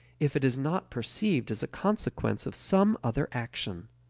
if it is not perceived as a consequence of some other action.